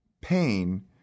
pain